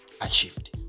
achieved